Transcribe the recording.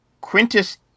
Quintus